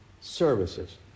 services